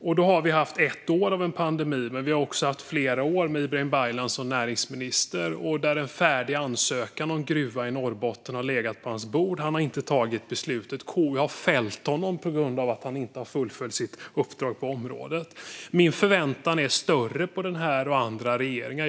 Vi har haft ett år av pandemi, men vi har också haft flera år med Ibrahim Baylan som näringsminister där en färdig ansökan om en gruva i Norrbotten har legat på hans bord utan att han tagit beslutet. KU har fällt honom på grund av att han inte har fullföljt sitt uppdrag på området. Min förväntan är större på denna och andra regeringar.